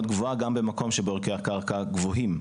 גבוה גם במקום שבו ערכי הקרקע גבוהים.